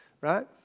right